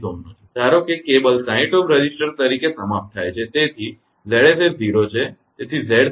ધારો કે cable 60 Ω resistor તરીકે સમાપ્ત થાય છે તેથી 𝑍𝑠 એ 0 છે